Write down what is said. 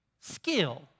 skill